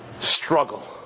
struggle